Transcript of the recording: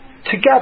Together